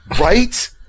Right